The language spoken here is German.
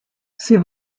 sie